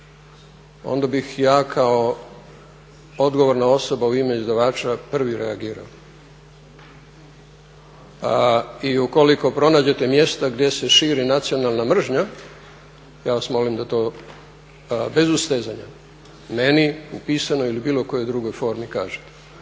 onda bih ja kao odgovorna osoba u ime izdavača prvi reagirao. A i ukoliko pronađete mjesta gdje se širi nacionalna mržnja ja vas molim da to bez ustezanja meni u pisanoj ili bilo kojoj drugoj formi kažete.